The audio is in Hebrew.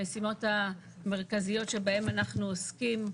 המשימות המרכזיות שבהן אנחנו עוסקים,